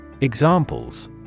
Examples